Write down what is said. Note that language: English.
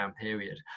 period